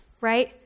Right